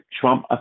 Trump